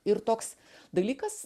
ir toks dalykas